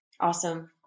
Awesome